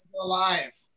alive